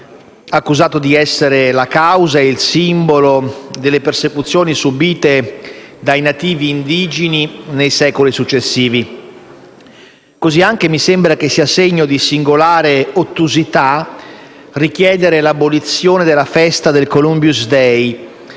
accusato di essere la causa e il simbolo delle persecuzioni subite dai nativi indigeni nei secoli successivi. Allo stesso modo, mi sembra segno di singolare ottusità richiedere l'abolizione della festa del Columbus day,